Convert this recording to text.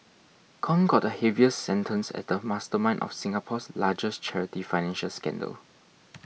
Kong got the heaviest sentence as the mastermind of Singapore's largest charity financial scandal